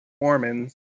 Mormons